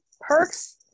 perks